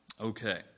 Okay